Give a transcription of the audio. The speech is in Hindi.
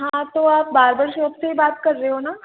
हाँ तो आप बारबर शॉप से ही बात कर रहे हो ना